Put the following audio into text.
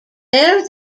there